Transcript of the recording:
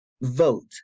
Vote